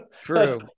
True